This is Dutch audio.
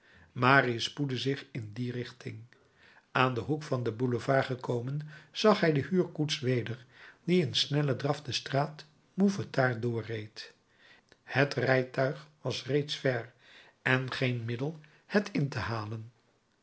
marius spoedde zich in die richting aan den hoek van den boulevard gekomen zag hij de huurkoets weder die in snellen draf de straat mouffetard doorreed t rijtuig was reeds ver en geen middel het in te halen